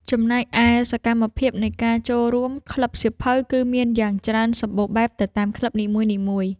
ចំណែកឯ សកម្មភាពនៃការចូលរួម ក្លឹបសៀវភៅគឺមានយ៉ាងច្រើនសម្បូរបែបទៅតាមក្លឹបនីមួយៗ។